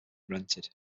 rented